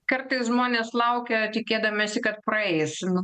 kartais žmonės laukia tikėdamiesi kad praeis nu